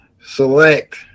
select